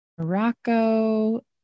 Morocco